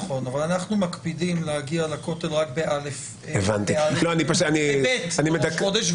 אבל אנחנו מקפידים להגיע לכותל רק ב-ב' בראש חודש.